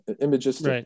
images